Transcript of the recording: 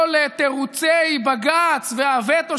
כל תירוצי בג"ץ והווטו,